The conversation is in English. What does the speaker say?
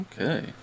Okay